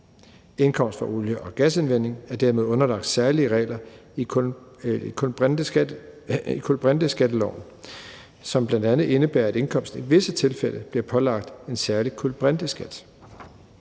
Indkomst fra olie- og gasindvinding er dermed underlagt særlige regler i kulbrinteskatteloven, som bl.a. indebærer, at indkomst i visse tilfælde bliver pålagt en særlig kulbrinteskat.